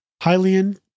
Hylian